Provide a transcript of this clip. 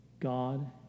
God